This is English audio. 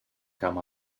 come